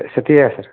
ସେତିକି ଏକା ସାର୍